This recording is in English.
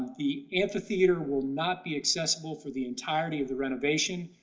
the amphitheater will not be accessible for the entirety of the renovation.